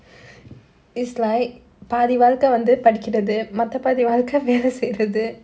is like பாதி வாழ்க்க வந்து படிக்கறது மத்த பாதி வாழ்க்க வந்து வேல செய்றது:paathi vaalkka vandhu padikkarathu mattha paathi vaalkka vandhu vela seirathu